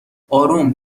اروم